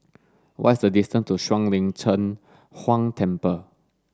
what's the distance to Shuang Lin Cheng Huang Temple